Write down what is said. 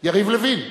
יריב לוין,